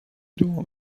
دعا